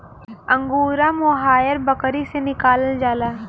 angora mohair बकरी से निकालल जाला